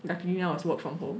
luckily now it's work from home